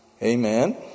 Amen